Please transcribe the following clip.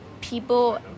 people